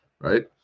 right